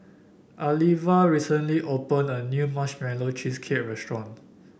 Alivia recently opened a new Marshmallow Cheesecake restaurant